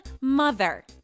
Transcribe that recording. mother